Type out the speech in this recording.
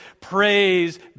Praise